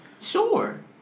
Sure